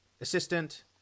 assistant